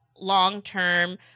long-term